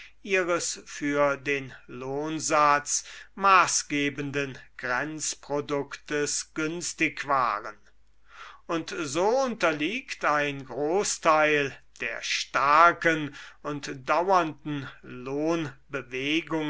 v böhm bawerk den lohnsatz maßgebenden grenzproduktes günstig waren und so unterliegt ein großteil der starken und dauernden